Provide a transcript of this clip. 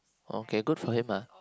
ok go toilet bah